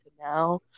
now